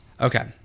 Okay